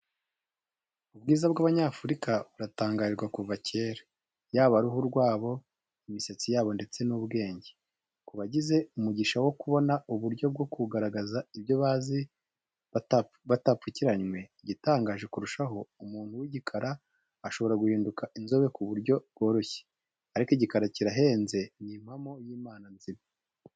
Ubwiza bw'Abanyafurika buratangarirwa kuva kera, yaba uruhu rwabo, imisatsi yabo ndetse n'ubwenge, ku bagize umugisha wo kubona uburyo bwo kugaragaza ibyo bazi batapfukiranwe, igitangaje kurushaho, umuntu w'igikara ashobora guhinduka inzobe ku buryo bworoshye ariko igikara kirahenze, ni impano y'Imana nzima.